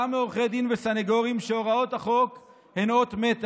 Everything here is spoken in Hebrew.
גם מעורכי דין וסנגורים, שהוראות החוק הן אות מתה.